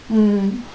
mm